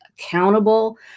accountable